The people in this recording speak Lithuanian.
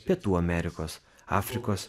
pietų amerikos afrikos